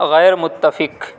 غیر متفق